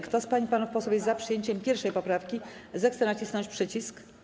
Kto z pań i panów posłów jest za przyjęciem 1. poprawki, zechce nacisnąć przycisk.